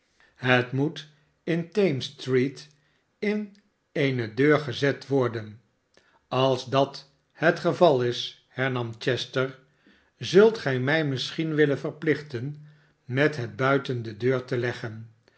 het moet in thamesstreetin eene deur gezet worden sals dat het geval is hernam chester zult gij mij misschien willen verplichten met het buiten de deur te leggen